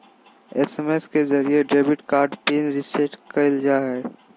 SMS के जरिये debit card PIN reset करल जा हय